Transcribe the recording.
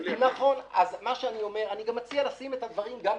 אני מציע לשים את הדברים בפרופורציה.